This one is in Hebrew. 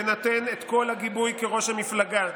ונתן את כל הגיבוי כראש המפלגה,